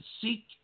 seek